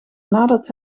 nadat